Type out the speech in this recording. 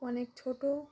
অনেক ছোটো